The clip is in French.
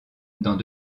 dans